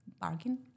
Bargain